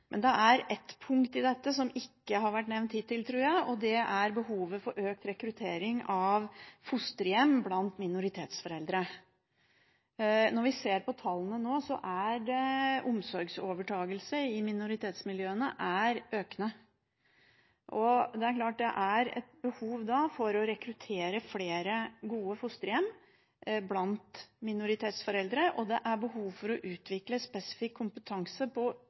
Men det er ett punkt i dette som ikke har vært nevnt hittil, tror jeg, og det er behovet for økt rekruttering av fosterhjem blant minoritetsforeldre. Når vi ser på tallene nå, er omsorgsovertagelse i minoritetsmiljøene økende. Det er klart at det da er et behov for å rekruttere flere gode fosterhjem blant minoritetsforeldre, og det er behov for å utvikle spesifikk kompetanse på